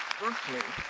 berkeley